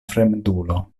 fremdulo